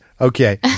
okay